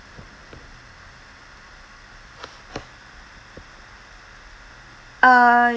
uh